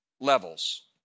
levels